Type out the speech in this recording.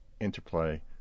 Interplay